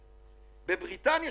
אז בבריטניה,